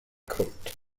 coat